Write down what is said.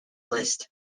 list